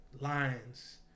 lines